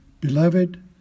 Beloved